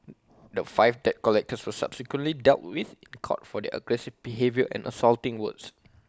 the five debt collectors subsequently dealt with in court for their aggressive behaviour and insulting words